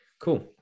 cool